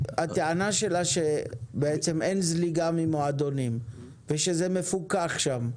הטענה שלה היא שבעצם אין זליגה ממועדונים ושזה מפוקח שם.